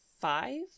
five